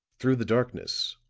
through the darkness,